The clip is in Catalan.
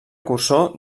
precursor